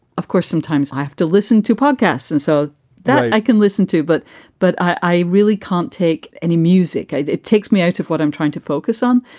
of course, sometimes i have to listen to podcasts and so that i can listen to. but but i really can't take any music. it takes me out of what i'm trying to focus on.